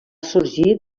sorgir